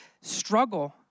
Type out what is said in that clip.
struggle